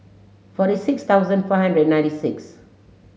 forty six thousand five hundred ninety six